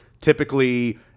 typically